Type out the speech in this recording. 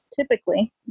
typically